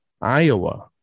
Iowa